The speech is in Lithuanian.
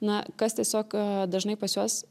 na kas tiesiog dažnai pas juos